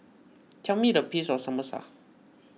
tell me the peace of Samosa